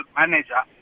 manager